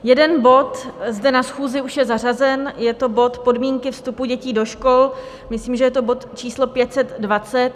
Jeden bod zde na schůzi už je zařazen, je to bod Podmínky vstupu dětí do škol, myslím, že to je bod číslo 520.